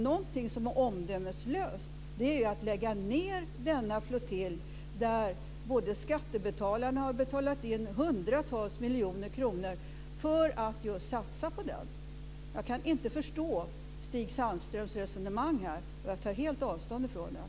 Någonting som är omdömeslöst är att lägga ned denna flottilj när skattebetalarna har betalat in hundratals miljoner kronor för att just satsa på den. Jag kan inte förstå Stig Sandströms resonemang här, och jag tar helt avstånd från det.